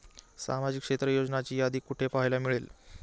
सामाजिक क्षेत्र योजनांची यादी कुठे पाहायला मिळेल?